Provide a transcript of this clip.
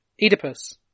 oedipus